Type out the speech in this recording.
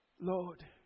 Lord